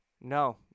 No